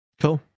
Cool